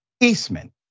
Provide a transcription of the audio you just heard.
Eastman